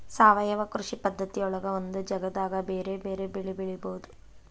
ಸಾವಯವ ಕೃಷಿ ಪದ್ಧತಿಯೊಳಗ ಒಂದ ಜಗದಾಗ ಬೇರೆ ಬೇರೆ ಬೆಳಿ ಬೆಳಿಬೊದು